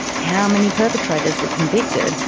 how many perpetrators were convicted,